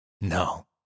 No